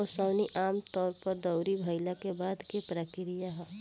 ओसवनी आमतौर पर दौरी भईला के बाद के प्रक्रिया ह